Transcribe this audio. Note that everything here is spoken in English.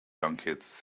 lunkheads